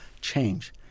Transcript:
change